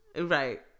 Right